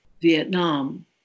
Vietnam